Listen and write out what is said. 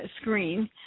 screen